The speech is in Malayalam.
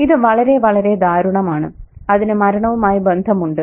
ഇത് വളരെ വളരെ ദാരുണമാണ് അതിന് മരണവുമായി ബന്ധമുണ്ട്